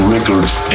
Records